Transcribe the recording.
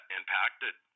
impacted